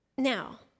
Now